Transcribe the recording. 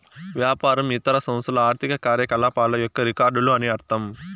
వ్యాపారం ఇతర సంస్థల ఆర్థిక కార్యకలాపాల యొక్క రికార్డులు అని అర్థం